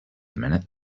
minute